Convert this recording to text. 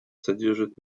содержит